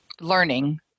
learning